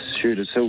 Shooters